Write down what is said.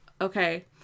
okay